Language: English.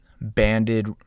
banded